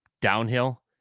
downhill